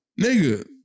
nigga